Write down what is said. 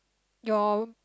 your